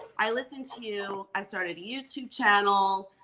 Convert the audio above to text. i listened to you, i started a youtube channel,